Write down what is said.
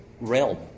realm